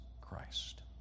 Christ